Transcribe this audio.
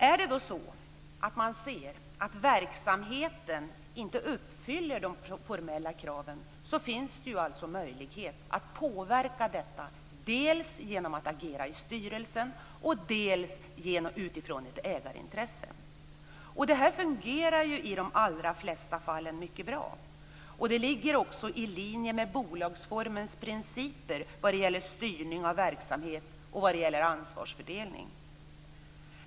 Är det då så att man ser att verksamheten inte uppfyller de formella kraven finns det alltså möjlighet att påverka detta genom att agera dels i styrelsen, dels utifrån ett ägarintresse. Detta fungerar ju i de allra flesta fallen mycket bra. Det ligger också i linje med bolagsformens principer vad gäller styrning av verksamhet och vad gäller ansvarsfördelning.